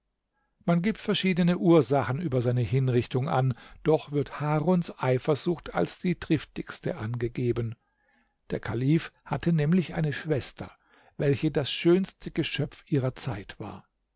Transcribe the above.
man gibt verschiedene ursachen über seine hinrichtung an doch wird haruns eifersucht als die triftigste angegeben der kalif hatte nämlich eine schwester welche das schönste geschöpf ihrer zeit war